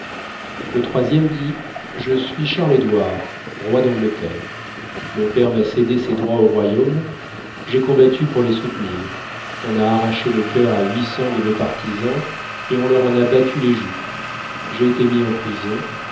le troisième dit je suis charles édouard roi d'angleterre mon père m'a cédé ses droits au royaume j'ai combattu pour les soutenir on a arraché le coeur à huit cents de mes partisans et on leur en a battu les joues j'ai été mis en prison